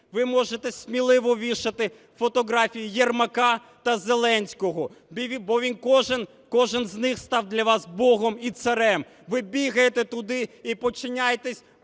ви можете сміливо вішати фотографії Єрмака та Зеленського, бо кожен з них став для вас богом і царем. Ви бігаєте туди і подчиняетесь виключно